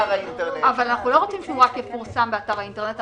אבל אנחנו לא רוצים שהוא רק יפורסם באתר האינטרנט,